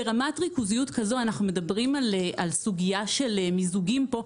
ברמת ריכוזיות כזו אנחנו מדברים על סוגיה של מיזוגים פה,